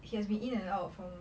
he has been in and out from